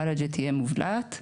וולאג'ה תהיה מובלעת.